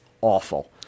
awful